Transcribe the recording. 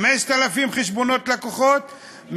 5,000 חשבונות לקוחות,